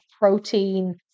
protein